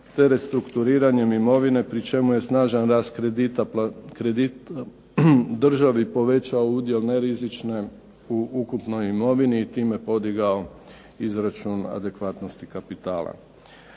te restrukturiranjem imovine, pri čemu je snažan rast kredita državi povećao udio nerizične u ukupnoj imovini i time podigao izračun adekvatnosti kapitala.